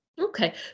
Okay